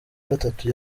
gatatu